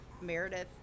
meredith